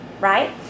right